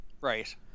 Right